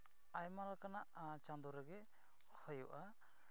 ᱟᱭᱢᱟ ᱞᱮᱠᱟᱱᱟᱜ ᱟᱨ ᱪᱟᱸᱫᱳ ᱨᱮᱜᱮ ᱦᱩᱭᱩᱜᱼᱟ